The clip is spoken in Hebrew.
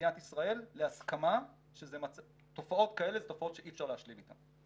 במדינת ישראל להסכמה שתופעות כאלה הן תופעות שאי אפשר להשלים איתן.